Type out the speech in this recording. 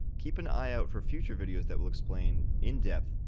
keep an eye out for future videos that will explain, in depth,